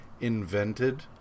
invented